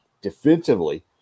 Defensively